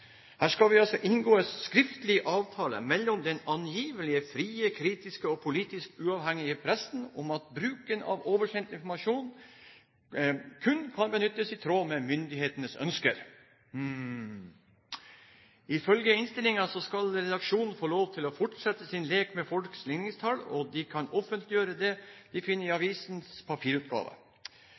Her skal det altså inngås skriftlige avtaler mellom den angivelig frie, kritiske og politisk uavhengige pressen om at bruken av oversendt informasjon kun kan benyttes i tråd med myndighetenes ønsker. Hm! Ifølge innstillingen skal redaksjonene få lov til å fortsette sin lek med folks ligningstall, og de kan offentliggjøre det de finner i